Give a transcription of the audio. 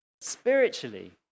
spiritually